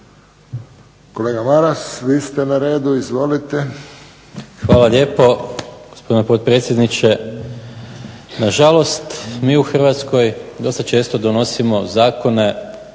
Kolega Maras, vi ste na redu. Izvolite. **Maras, Gordan (SDP)** Hvala lijepo, gospodine potpredsjedniče. Nažalost, mi u Hrvatskoj dosta često donosimo zakone